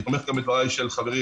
אני תומך גם בדבריו של חברי,